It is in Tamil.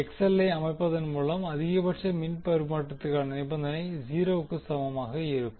XL ஐ அமைப்பதன் மூலம் அதிகபட்ச மின் பரிமாற்றத்திற்கான நிபந்தனை 0 க்கு சமமாக இருக்கும்